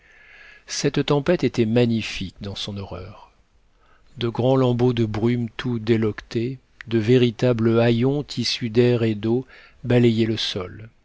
cette tempête était magnifique dans son horreur de grands lambeaux de brumes tout déloquetés de véritables haillons tissus d'air et d'eau balayaient le sol